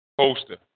poster